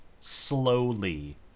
slowly